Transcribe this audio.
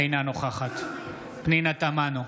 אינה נוכחת פנינה תמנו,